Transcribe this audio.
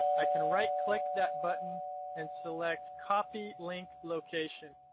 i can right click that button and select copy link location.